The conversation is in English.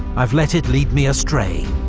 i've let it lead me astray.